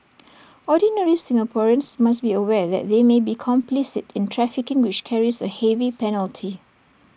ordinary Singaporeans must be aware that they may be complicit in trafficking which carries A heavy penalty